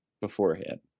beforehand